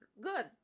good